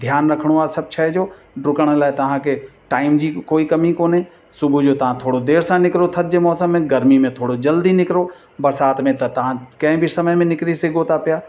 ध्यानु रखिणो आहे सभु शइ जो डुकण लाइ तव्हांखे टाइम जी कोई कमी कोन्हे सुबुह जो तव्हां थोरो देरि सां निकिरो थधि जे मौसम में गर्मी में थोरो जल्दी निकिरो बरिसात में त तव्हां कंहिं बि समय में निकरी सघो था पिया